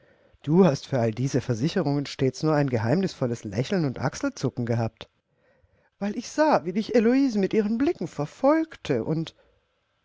du hast für alle diese versicherungen stets nur ein geheimnisvolles lächeln und achselzucken gehabt weil ich sah wie dich heloise mit ihren blicken verfolgte und